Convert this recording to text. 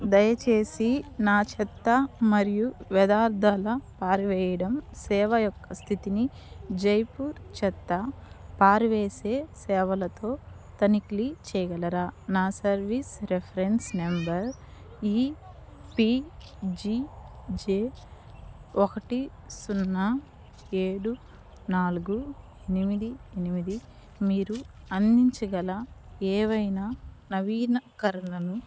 దయచేసి నా చెత్త మరియు వ్యర్దాల పారవెయ్యడం సేవ యొక్క స్థితిని జైపూర్ చెత్త పారవేసే సేవలతో తనిఖీ చెయ్యగలరా నా సర్వీస్ రిఫరెన్స్ నంబర్ ఈపిజిజె ఒకటి సున్నా ఏడు నాలుగు ఎనిమిది ఎనిమిది మీరు అందించగల ఏవైనా నవీకరణలను